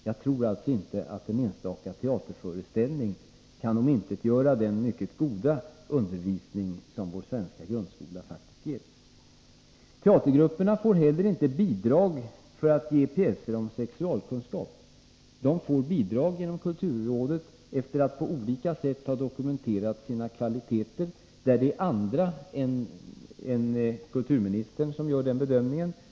Jag tror inte att en enstaka teaterföreställning kan förta verkan av den mycket goda undervisning som vår svenska grundskola faktiskt ger. Teatergrupperna får heller inte bidrag för pjäser i ämnet sexualkunskap. De får bidrag från kulturrådet efter att på olika sätt ha dokumenterat kvaliteter. Det är andra än kulturministern som gör bedömningen av dessa.